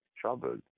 troubled